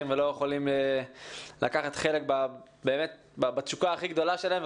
ולא יכולים לקחת חלק בתשוקה הכי גדולה שלהם,